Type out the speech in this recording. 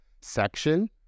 section